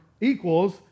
equals